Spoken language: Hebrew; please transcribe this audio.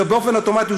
זה באופן אוטומטי,